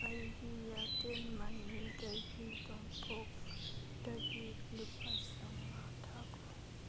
ꯑꯩꯒꯤ ꯏꯌꯥꯔꯇꯦꯜ ꯃꯅꯤꯗꯒꯤ ꯇꯣꯝꯄꯣꯛꯇꯒꯤ ꯂꯨꯄꯥ ꯆꯥꯝꯃꯉꯥ ꯊꯥꯈꯣ